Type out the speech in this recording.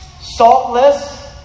saltless